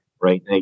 right